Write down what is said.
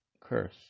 curse